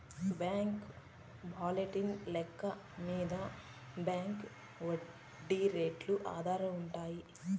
బాంకీ బాలెన్స్ లెక్క మింద బాంకీ ఒడ్డీ రేట్లు ఆధారపడినాయి